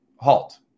halt